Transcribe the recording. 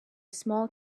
small